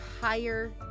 higher